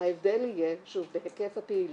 שההבדל יהיה, שוב, בהיקף הפעילות.